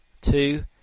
Two